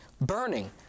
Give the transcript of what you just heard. burning